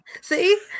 See